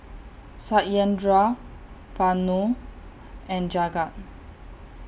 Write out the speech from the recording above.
Satyendra Vanu and Jagat